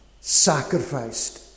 sacrificed